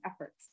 efforts